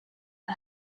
for